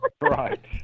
right